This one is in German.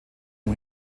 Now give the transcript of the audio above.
dem